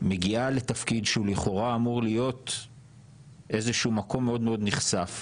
מגיעה לתפקיד שהוא לכאורה אמור להיות איזשהו מקום מאוד מאוד נכסף,